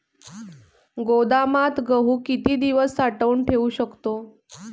गोदामात गहू किती दिवस साठवून ठेवू शकतो?